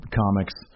comics